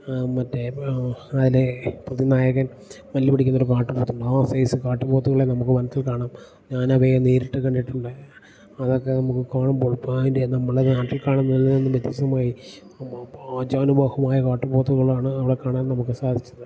മറ്റേ അതിലെ പ്രതി നായകൻ മല്ല് പിടിക്കുന്നൊരു കാട്ടുപോത്തുണ്ട് ആ സൈസ് കാട്ടുപോത്തുകളെ നമുക്ക് വനത്തിൽ കാണാം ഞാനവയെ നേരിട്ട് കണ്ടിട്ടുണ്ട് അതൊക്കെ നമുക്ക് കാണുമ്പോൾ അതിൻ്റെ നമ്മളെ നാട്ടിൽ കാണുന്നതിൽ നിന്ന് വ്യത്യസ്ഥമായി ആജാനുബാഹുവായ കാട്ടുപോത്തുകളാണ് അവിടെ കാണാൻ നമുക്ക് സാധിച്ചത്